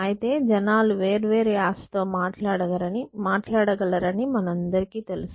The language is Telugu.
అయితే జనాలు వేర్వేరు యాసతో మాట్లాడగలరని మనందరికీ తెలుసు